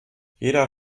jeder